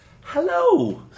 Hello